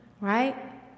right